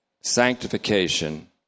sanctification